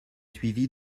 suivi